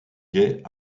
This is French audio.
gais